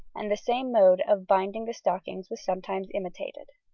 and the same mode of binding the stockings was sometimes imitated.